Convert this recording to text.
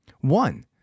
One